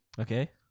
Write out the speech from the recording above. Okay